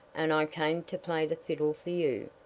and i came to play the fiddle for you.